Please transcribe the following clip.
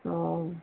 অঁ